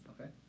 Okay